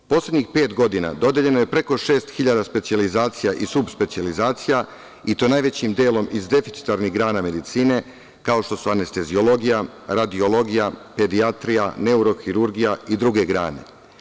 Poslednjih pet godina dodeljeno je preko 6.000 specijalizacija i subspecijalizacija i to najvećim delom iz deficitarne grane medicine, kao što su anesteziologija, radiologija, pedijatrija, neurohirurgija i druge grane.